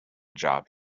job